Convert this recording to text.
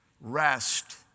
rest